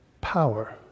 power